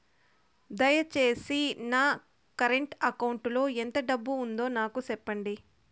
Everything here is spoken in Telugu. దయచేసి నా కరెంట్ అకౌంట్ లో ఎంత డబ్బు ఉందో నాకు సెప్పండి